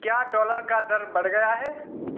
क्या डॉलर का दर बढ़ गया है